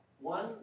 One